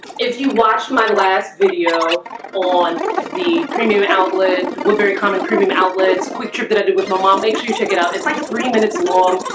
if you watched my last video on the premium outlet would would very common proven outlets quick trip that i did with my mom. make sure you check it out it's like three minutes long.